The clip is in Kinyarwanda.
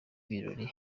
birori